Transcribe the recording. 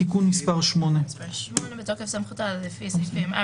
תיקון מס' 8. "בתוקף סמכותה לפי סעיפים 4,